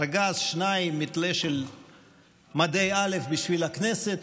ארגז-שניים, מתלה של מדי א' בשביל הכנסת,